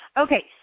Okay